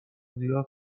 زیاد